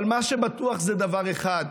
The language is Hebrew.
אבל מה שבטוח זה דבר אחד: